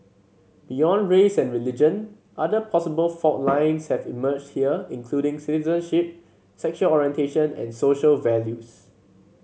beyond race and religion other possible fault lines have emerged here including citizenship sexual orientation and social values